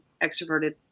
extroverted